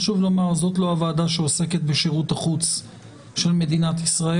חשוב לומר שזאת לא הוועדה שעוסקת בשירות החוץ של מדינת ישראל.